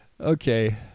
Okay